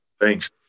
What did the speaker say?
Thanks